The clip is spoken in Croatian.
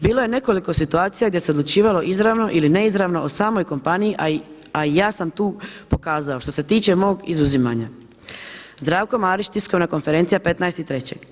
Bilo je nekoliko situacija gdje se odlučivalo izravno ili neizravno o samoj kompaniji, a i ja sam tu pokazao što se tiče mog izuzimanja.“ Zdravko Marić, tiskovna konferencija 15.3.